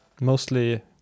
Mostly